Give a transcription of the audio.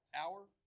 hour